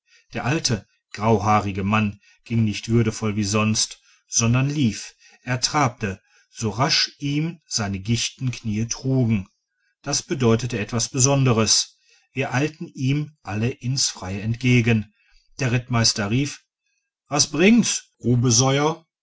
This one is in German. der alte grauhaarige mann ging nicht würdevoll wie sonst sondern lief er trabte so rasch ihn seine gichtischen knie trugen das bedeutete etwas besonderes wir eilten ihm alle ins freie entgegen der rittmeister rief was bringen's